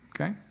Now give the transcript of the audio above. okay